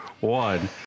one